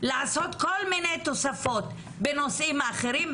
לעשות כל מיני תוספות בנושאים אחרים,